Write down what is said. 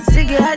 Ziggy